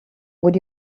would